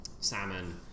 Salmon